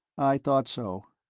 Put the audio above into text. i thought so.